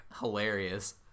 Hilarious